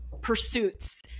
pursuits